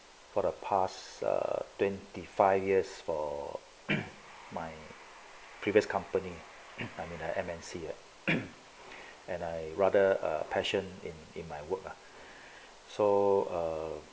for the past err twenty five years for my previous company I'm in a M_N_C uh and I rather err passion in in my work ah so err